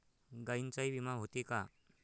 गायींचाही विमा होते का?